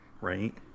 right